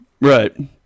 Right